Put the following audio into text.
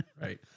right